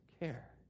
care